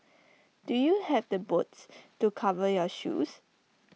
do you have the boots to cover your shoes